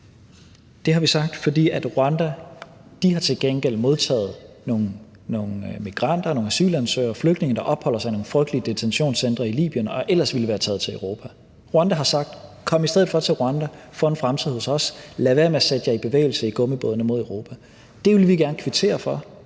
Det har vi sagt, fordi Rwanda til gengæld har modtaget nogle migranter, nogle asylansøgere og flygtninge, der opholder sig i nogle frygtelige detentionscentre i Libyen og ellers ville være taget til Europa. Rwanda har sagt: Kom i stedet for til Rwanda. Få en fremtid hos os. Lad være med at sætte jer i bevægelse i gummibådene mod Europa. Det vil vi gerne kvittere for